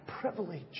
privilege